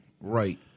Right